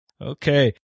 Okay